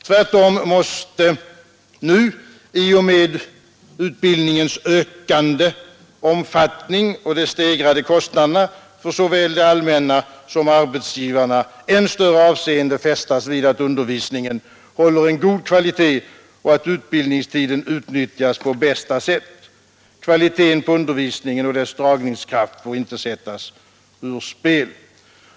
Tvärtom måste nu, i och med utbildningens ökande omfattning och de stegrade kostnaderna för såväl det allmänna som arbetsgivarna, än större avseende fästas vid att undervisningen håller en god kvalitet och att utbildningstiden utnyttjas på bästa sätt. Kvaliteten på undervisningen och dess dragningskraft får inte sättas ur spel.